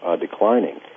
declining